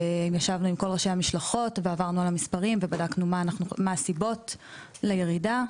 ישבנו עם כל ראשי המשלחות ועברנו על המספרים ובדקנו מה הסיבות לירידה.